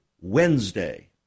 Wednesday